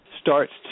starts